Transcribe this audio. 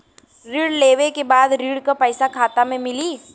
ऋण लेवे के बाद ऋण का पैसा खाता में मिली?